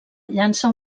llança